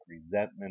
resentment